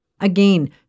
Again